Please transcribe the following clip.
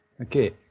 Okay